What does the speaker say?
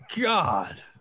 God